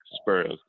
Spurs